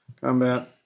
Combat